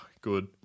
Good